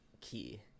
Key